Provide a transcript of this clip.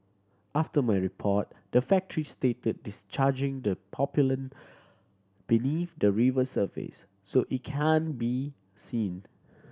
after my report the factory stated discharging the pollutant believe the river surface so it can't be seen